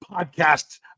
podcasts